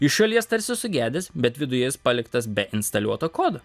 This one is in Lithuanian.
iš šalies tarsi sugedęs bet viduje jis paliktas be instaliuoto kodo